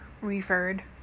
referred